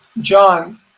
John